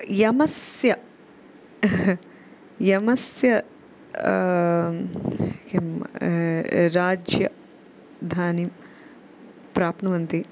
यमस्य यमस्य किं राजधानिं प्राप्नुवन्ति